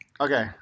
Okay